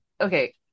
okay